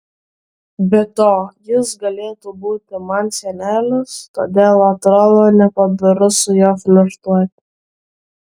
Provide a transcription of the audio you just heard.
be to jis galėtų būti man senelis todėl atrodo nepadoru su juo flirtuoti